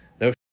no